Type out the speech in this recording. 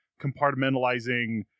compartmentalizing